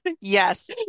yes